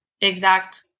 exact